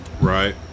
Right